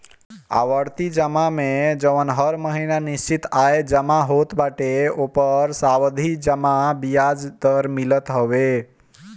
आवर्ती जमा में जवन हर महिना निश्चित आय जमा होत बाटे ओपर सावधि जमा बियाज दर मिलत हवे